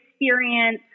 experience